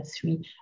three